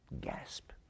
Gasp